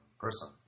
person